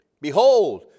Behold